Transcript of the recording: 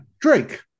Drake